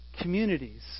communities